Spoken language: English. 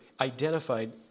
identified